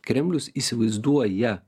kremlius įsivaizduoja